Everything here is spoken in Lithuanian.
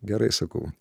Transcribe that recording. gerai sakau